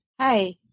Hi